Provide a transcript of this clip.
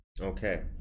Okay